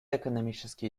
экономически